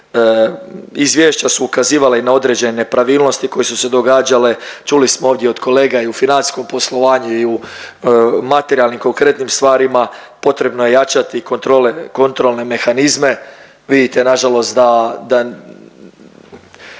Izvješća su ukazivala i na određene nepravilnosti koje su se događale, čuli smo ovdje od kolega i u financijskom poslovanju i u materijalnim konkretnim stvarima. Potrebno je jačati kontrolne mehanizme, vidite nažalost da